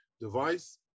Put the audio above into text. device